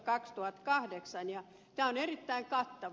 tämä on erittäin kattava